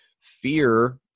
fear